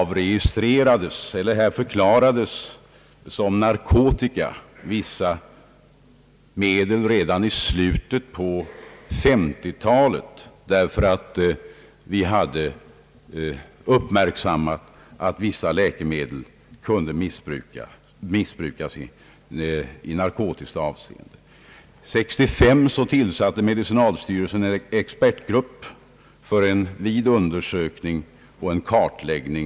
Vissa medel förklarades som narkotika redan i slutet: av 1950-talet, därför att vi hade uppmärksammat att de kunde missbrukas, i narkotiskt avseende. År 1965 tillsatte medicinalstyrelsen en expertgrupp för en vid undersökning och en kartläggning.